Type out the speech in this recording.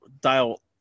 dial